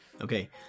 Okay